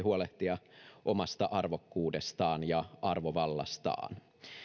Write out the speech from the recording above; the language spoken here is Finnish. huolehtia omasta arvokkuudestaan ja arvovallastaan